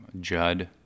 Judd